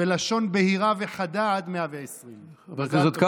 ולשון בהירה וחדה עד 120. מזל טוב,